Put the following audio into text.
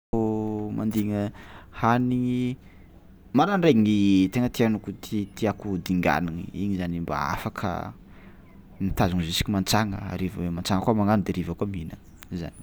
Kôa mandingana hanigny maraindraigny tegna tianako ti- tiàko dinganigny igny zany mba afaka mitazogno juska mantsagna, hariva mantsagna koa magnano de hariva koa mihinagna, zay.